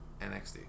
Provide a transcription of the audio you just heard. NXT